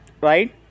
Right